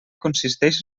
consisteix